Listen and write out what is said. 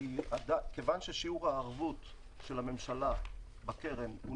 כיוון ששיעור הערבות של הממשלה בקרן הוא